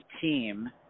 team